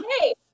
Hey